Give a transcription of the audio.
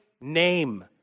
name